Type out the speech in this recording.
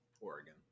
Oregon